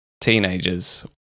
teenagers